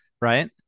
right